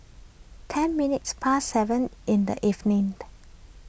ten minutes past seven in the evening